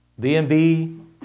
DMV